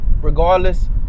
Regardless